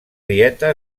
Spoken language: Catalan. dieta